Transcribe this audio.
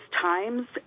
times